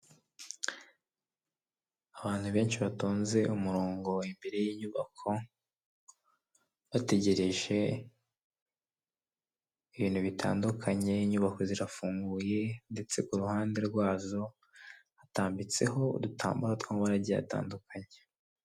Abantu benshi batonze umurongo imbere y'inyubako, bategereje ibintu bitandukanye inyubako zirafunguye ndetse ku ruhande rwazo hatambitseho udutambaro twamabara agiye atandukanye.